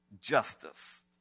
justice